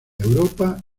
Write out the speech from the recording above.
europa